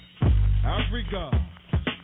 Africa